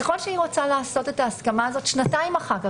ככל שהיא רוצה לעשות את ההסכמה הזאת שנתיים אחר כך,